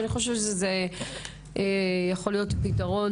ואני חושבת שזה יכול להיות פתרון